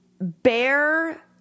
bear